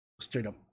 straight-up